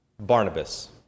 Barnabas